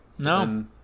No